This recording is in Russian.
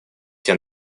все